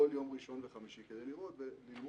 כל יום ראשון וחמישי כדי ללמוד ולהשתפר.